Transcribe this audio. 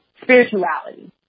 spirituality